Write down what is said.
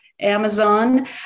Amazon